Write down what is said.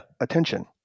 attention